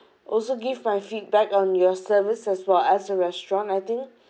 also give my feedback on your service as well as a restaurant I think